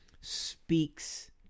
speaks